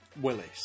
Willis